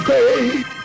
Faith